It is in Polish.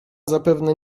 zapewne